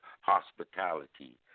hospitality